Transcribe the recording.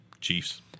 Chiefs